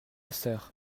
sœur